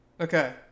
Okay